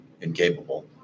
incapable